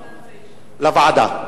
לוועדה.